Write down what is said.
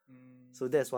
mm